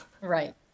Right